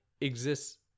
exists